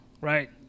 right